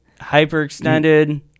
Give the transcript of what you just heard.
hyperextended